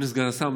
אדוני סגן השר,